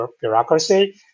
bureaucracy